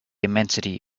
immensity